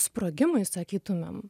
sprogimui sakytumėm